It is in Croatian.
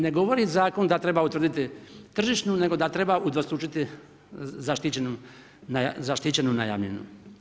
Ne govori zakon da treba utvrditi tržišnu nego da treba udvostručiti zaštićenu najamninu.